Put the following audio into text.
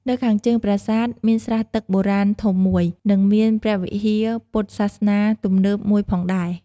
នៅខាងជើងប្រាសាទ មានស្រះទឹកបុរាណធំមួយ និងមានព្រះវិហារពុទ្ធសាសនាទំនើបមួយផងដែរ។